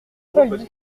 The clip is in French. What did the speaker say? paul